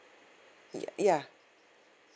ya ya